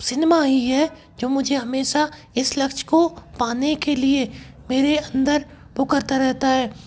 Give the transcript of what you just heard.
cinema ही है जो मुझे हमेशा इस लक्ष्य को पाने के लिए मेरे अंदर भूख आती रहती है